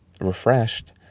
refreshed